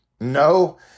No